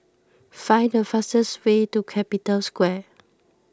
find the fastest way to Capital Square